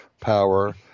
power